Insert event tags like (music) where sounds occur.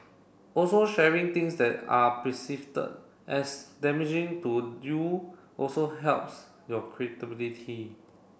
also sharing things that are (unintelligible) as damaging to you also helps your credibility